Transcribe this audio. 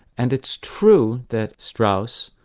and it's true that strauss,